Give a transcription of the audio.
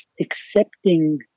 accepting